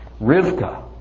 Rivka